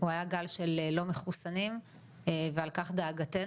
הוא היה גל של לא מחוסנים ועל כך דאגתנו,